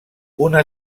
una